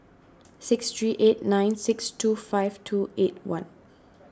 six three eight nine six two five two eight one